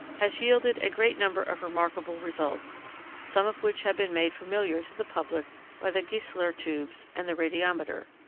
has yielded a great number of remarkable results some of which have been made familiar to the public by the gieseler tubes and the radiometer.